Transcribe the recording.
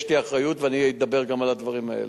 יש לי אחריות ואני אדבר גם על הדברים האלה.